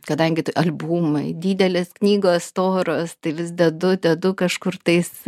kadangi tai albumai didelės knygos storos tai vis dedu dedu kažkur tais